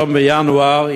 1 בינואר,